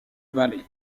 valley